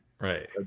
Right